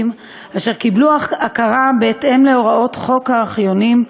אשר קיבלו הכרה בהתאם להוראות חוק הארכיונים,